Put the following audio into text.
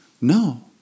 No